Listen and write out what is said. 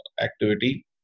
activity